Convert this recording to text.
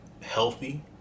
healthy